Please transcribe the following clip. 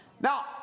Now